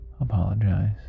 apologize